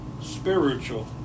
spiritual